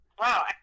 wow